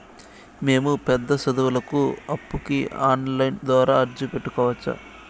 మేము పెద్ద సదువులకు అప్పుకి ఆన్లైన్ ద్వారా అర్జీ పెట్టుకోవచ్చా?